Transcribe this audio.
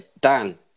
Dan